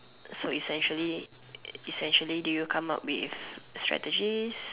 so essentially essentially do you come up with strategies